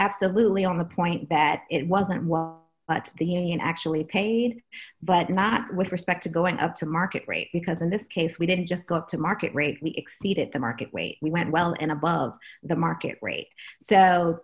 absolutely on the point that it wasn't but the union actually paid but not with respect to going up to market rate because in this case we didn't just go up to market rate we exceeded the market rate we went well in above the market rate so